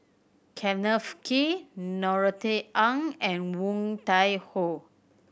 Kenneth Kee Norothy Ng and Woon Tai Ho